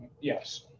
Yes